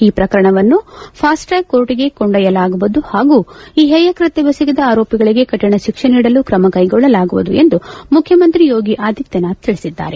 ಈ ಪ್ರಕರಣವನ್ನು ಪಾಸ್ಟ್ರಾಕ್ ಕೋರ್ಟಿಗೆ ಕೊಂಡೊಯ್ಲಾಗುವುದು ಹಾಗೂ ಈ ಹೇಯ ಕೃತ್ಯವೆಸಗಿದ ಆರೋಪಿಗಳಿಗೆ ಕಠಿಣ ಶಿಕ್ಷೆ ನೀಡಲು ಕ್ರಮ ಕೈಗೊಳ್ಳಲಾಗುವುದು ಎಂದು ಮುಖ್ಯಮಂತ್ರಿ ಯೋಗಿ ಆದಿತ್ತನಾಥ್ ತಿಳಿಸಿದ್ದಾರೆ